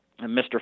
Mr